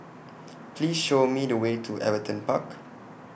Please Show Me The Way to Everton Park